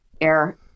air